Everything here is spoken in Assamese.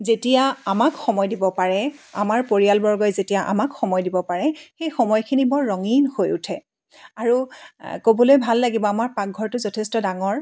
যেতিয়া আমাক সময় দিব পাৰে আমাৰ পৰিয়ালবৰ্গই যেতিয়া আমাক সময় দিব পাৰে সেই সময়খিনি বৰ ৰঙীন হৈ উঠে আৰু ক'বলৈ ভাল লাগিব আমাৰ পাকঘৰটো যথেষ্ট ডাঙৰ